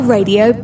Radio